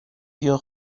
گیاه